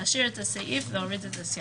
להשאיר את הסעיף, להוריד את הסייג.